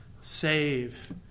save